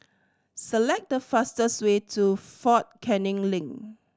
select the fastest way to Fort Canning Link